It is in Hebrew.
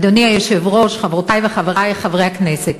אדוני היושב-ראש, חברותי וחברי חברי הכנסת,